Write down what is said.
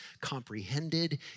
comprehended